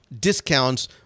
discounts